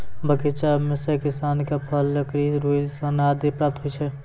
बगीचा सें किसान क फल, लकड़ी, रुई, सन आदि प्राप्त होय छै